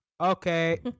okay